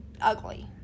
ugly